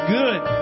good